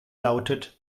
lautet